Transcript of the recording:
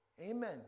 Amen